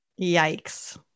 Yikes